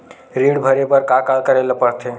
ऋण भरे बर का का करे ला परथे?